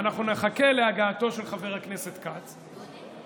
ואנחנו נחכה להגעתו של חבר הכנסת כץ,